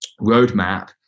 roadmap